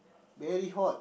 very hot